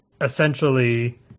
essentially